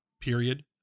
period